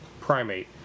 primate